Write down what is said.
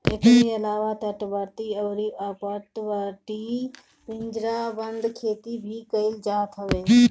एकरी अलावा तटवर्ती अउरी अपतटीय पिंजराबंद खेती भी कईल जात हवे